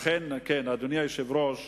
אדוני היושב-ראש,